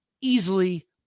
easily